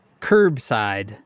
curbside